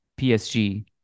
PSG